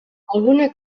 alguna